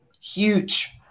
huge